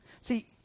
See